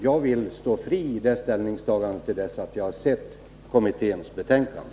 Jag vill stå fri i det ställningstagandet och inte uttala mig förrän jag har sett kommitténs betänkande.